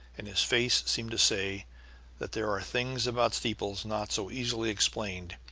and his face seemed to say that there are things about steeples not so easily explained,